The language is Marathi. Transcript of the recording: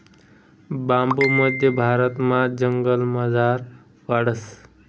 बांबू मध्य भारतमा जंगलमझार वाढस